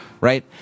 right